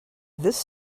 this